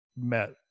met